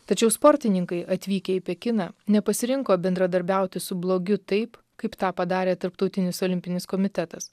tačiau sportininkai atvykę į pekiną nepasirinko bendradarbiauti su blogiu taip kaip tą padarė tarptautinis olimpinis komitetas